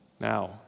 Now